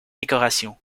décoration